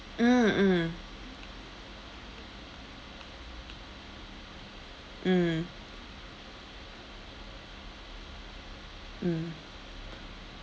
mm mm mm mm